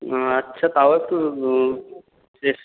হ্যাঁ আচ্ছা তাও একটু চেষ